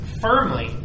firmly